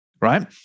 right